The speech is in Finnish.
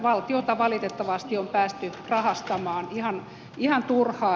valtiota valitettavasti on päästy rahastamaan ihan turhaan